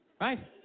Right